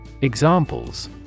Examples